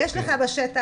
יש לך בשטח